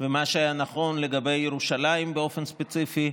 ומה שהיה נכון לגבי ירושלים באופן ספציפי,